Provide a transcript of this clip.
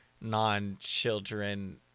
non-children